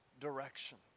direction